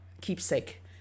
keepsake